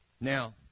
Now